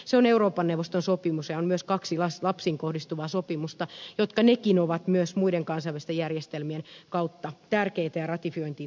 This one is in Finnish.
se on euroopan neuvoston sopimus ja on myös kaksi lapsiin kohdistuvaa sopimusta jotka nekin ovat myös muiden kansainvälisten järjestelmien kautta tärkeitä ja ratifiointiin tulevia